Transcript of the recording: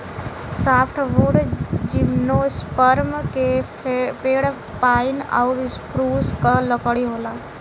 softwood gymnosperm के पेड़ pine आउर स्प्रूस क लकड़ी होला